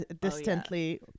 distantly